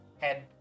Head